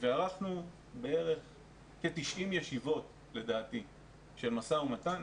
ערכנו כ-90 ישיבות של משא ומתן,